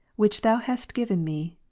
which thou hast given me,